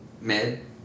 Mid